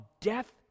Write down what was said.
death